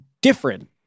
different